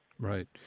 Right